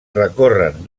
recorren